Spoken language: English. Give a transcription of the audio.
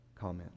comment